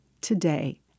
today